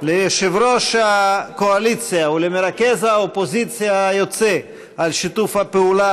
ליושב-ראש הקואליציה ולמרכז האופוזיציה היוצא על שיתוף הפעולה,